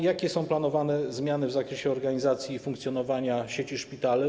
Jakie są planowane zmiany w zakresie organizacji i funkcjonowania sieci szpitali?